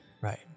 Right